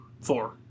four